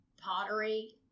pottery